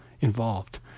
involved